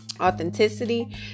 authenticity